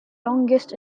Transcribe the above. longest